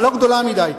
אבל לא גדולה מדי.